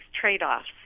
trade-offs